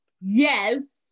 Yes